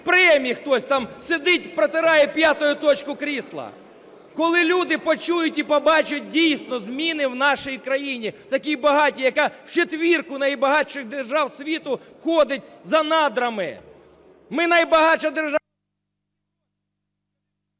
премії, хтось там сидить, протирає п'ятою точкою крісла. Коли люди почують і побачать дійсно зміни в нашій країні, такій багатій, яка в четвірку найбагатших держав світу входить за надрами? Ми – найбагатша держава...